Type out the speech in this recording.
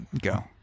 Go